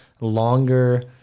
longer